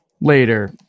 later